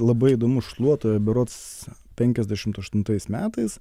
labai įdomus šluotoje berods penkiasdešimt aštuntais metais